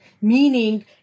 meaning